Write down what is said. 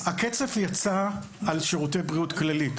רבותיי, הקצף יצא על שירותי בריאות כללית.